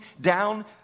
down